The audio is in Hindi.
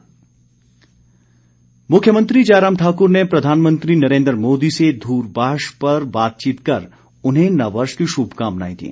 मुख्यमंत्री बधाई मुख्यमंत्री जयराम ठाकुर ने प्रधानमंत्री नरेन्द्र मोदी से दूरभाष पर बातचीत कर उन्हें नववर्ष की शुभकामनाएं दी